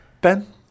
Ben